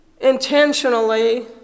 intentionally